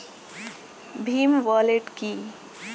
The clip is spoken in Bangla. ভীম ওয়ালেট কি?